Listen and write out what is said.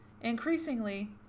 Increasingly